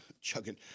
Chugging